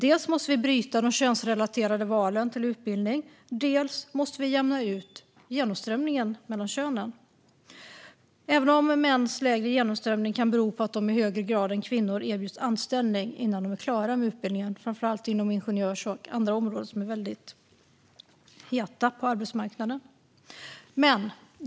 Dels måste vi bryta de könsrelaterade valen av utbildning, dels måste vi jämna ut genomströmningen, även om mäns lägre genomströmning kan bero på att de i högre grad än kvinnor erbjuds anställning innan de är klara med utbildningen, framför allt inom ingenjörsområdet och andra områden som är väldigt heta på arbetsmarknaden.